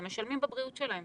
הם משלמים בבריאות שלהם,